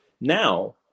now